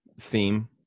theme